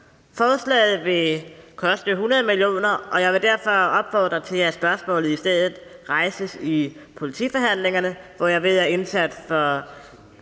Forslaget vil koste 100 mio. kr., og jeg vil derfor opfordre til, at spørgsmålet i stedet rejses i politiforhandlingerne, hvor jeg ved, at indsatsen mod